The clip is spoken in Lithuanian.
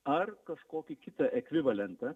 ar kažkokį kitą ekvivalentą